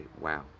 wow